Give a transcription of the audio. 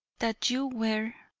that you were,